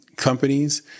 companies